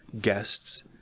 guests